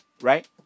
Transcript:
right